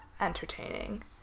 entertaining